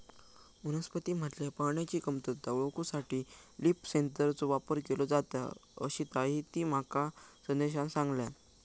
वनस्पतींमधल्या पाण्याची कमतरता ओळखूसाठी लीफ सेन्सरचो वापर केलो जाता, अशीताहिती माका संदेशान सांगल्यान